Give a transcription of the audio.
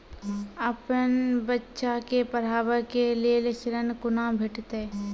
अपन बच्चा के पढाबै के लेल ऋण कुना भेंटते?